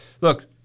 Look